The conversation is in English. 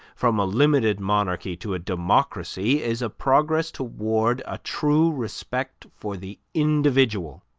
from a limited monarchy to a democracy, is a progress toward a true respect for the individual.